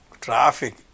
traffic